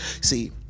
See